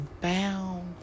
bound